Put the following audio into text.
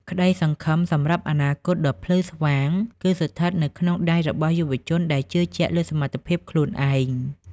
ក្តីសង្ឃឹមសម្រាប់អនាគតដ៏ភ្លឺស្វាង គឺស្ថិតនៅក្នុងដៃរបស់យុវជនដែលជឿជាក់លើសមត្ថភាពខ្លួនឯង។